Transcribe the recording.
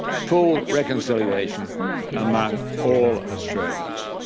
full reconciliation among all australians.